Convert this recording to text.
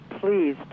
please